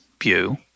view